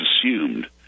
assumed